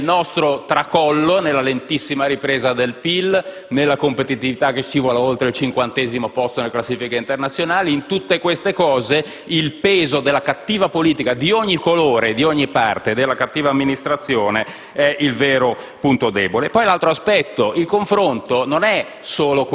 che nel nostro tracollo, nella lentissima ripresa del PIL, nella competitività che scivola oltre il cinquantesimo posto della classifica internazionale, in tutte queste cose il peso della cattiva politica, di ogni colore e di ogni parte, della cattiva amministrazione, è il vero punto debole. Altro aspetto. Il confronto non è